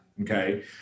Okay